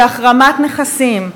שהחרמת נכסים,